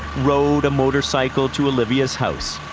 rode a motorcycle to olivia s house.